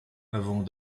avant